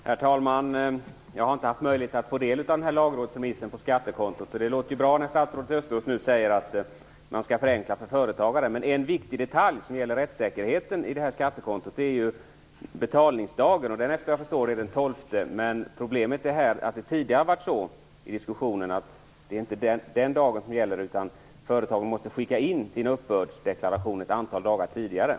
Herr talman! Jag har inte haft möjlighet att ta del av den här lagrådsremissen om skattekontot. Det låter dock bra när statsrådet Östros nu säger att man skall förenkla för företagare. En viktig detalj i skattekontot, som gäller rättssäkerheten, är betalningsdagen. Efter vad jag förstår är det den 12. Problemet är dock att det tidigare i diskussionen har sagts att det inte är den dagen som gäller, utan att företagen måste skicka in sin uppbördsdeklaration ett antal dagar tidigare.